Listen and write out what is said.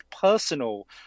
personal